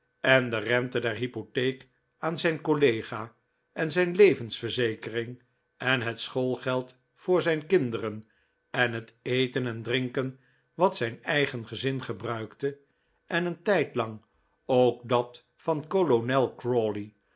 en de rente der hypotheek aan zijn collega en zijn levensverzekering en het schoolgeld voor zijn kinderen en het eten en drinken wat zijn eigen gezin gebruikte en een tijdlang ook dat van kolonel